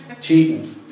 cheating